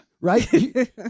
Right